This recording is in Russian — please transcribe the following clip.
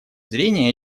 зрения